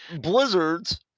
blizzards